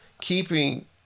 keeping